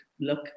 look